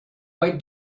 white